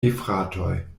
gefratoj